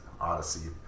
Odyssey